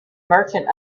merchant